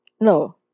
no